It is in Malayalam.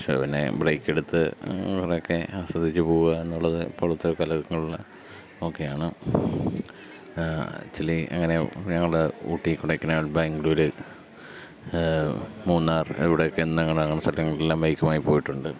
പക്ഷേ പിന്നെ ബ്രൈക്കെടുത്ത് കുറെയൊക്കെ ആസ്വച്ചു പോവുക എന്നുള്ളത് ഇപ്പോഴത്തെ കലകങ്ങളിൽ ഓക്കെ ആണ് ആക്ച്വലി അങ്ങനെ ഞങളൂടെ ഊട്ടി കൊടക്കെനാൽ ബാംഗ്ലൂർ മൂന്നാർ എവിടെയക്കെ എന്നീ സഥലങ്ങളിലെല്ലാം ബൈക്കുമായി പോയിട്ടുണ്ട്